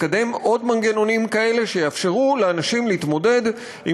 לקדם עוד מנגנונים כאלה שיאפשרו לאנשים להתמודד עם